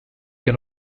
can